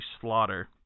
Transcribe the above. slaughter